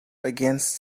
against